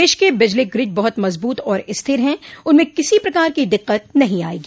देश के बिजली ग्रिड बहुत मजबूत और स्थिर है उनमें किसी प्रकार की दिक्कत नहीं आयेगी